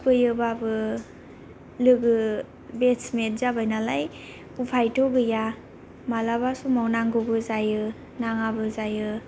सुखुयोबाबो लोगो बेटचमेट जाबाय नालाय उफायथ' गैया मालाबा समाव नांगौबो जायो नाङाबो जायो